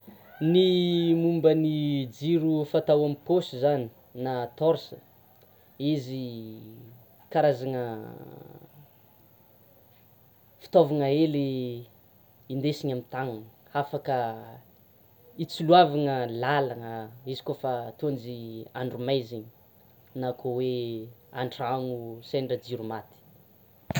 Ny momba ny jiro fatao amin'ny pôsy zany na torche izy karazana fitaovana hely indesina amin'ny tanana hafaka hitsiloavana lalana izy koa fa tônjy andro maizana, na koa hoe an-trano sendra jiro maty.